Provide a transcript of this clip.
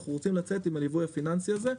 אנחנו רוצים לצאת עם הליווי הפיננסי הזה.